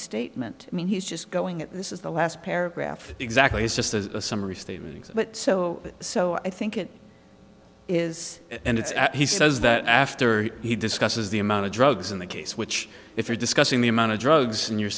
statement i mean he's just going at this is the last paragraph exactly it's just a summary statement but so so i think it is and it's and he says that after he discusses the amount of drugs in the case which if you're discussing the amount of drugs in you